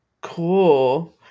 Cool